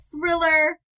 thriller